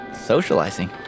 socializing